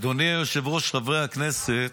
אדוני היושב-ראש, חברי הכנסת,